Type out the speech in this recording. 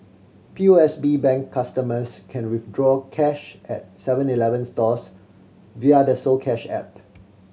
P O S B Bank customers can withdraw cash at Seven Eleven stores via the soCash app